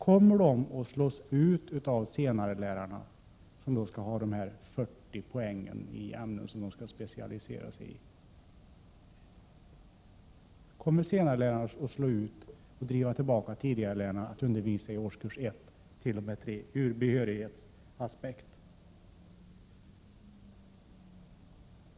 Kommer de att slås ut av senarelärarna, som skall ha 40 poäng i ämnen som de skall specialisera sig i? Kommer senarelärarna att driva tillbaka tidigarelärarna till att undervisa i årskurserna 1—3 från behörighetsaspekt?